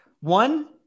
one